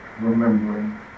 remembering